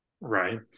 Right